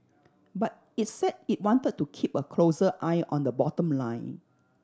but it's said it want to keep a closer eye on the bottom line